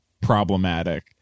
problematic